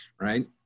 right